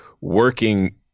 working